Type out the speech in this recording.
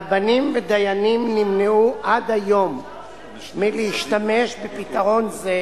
רבנים ודיינים נמנעו עד היום מלהשתמש בפתרון זה,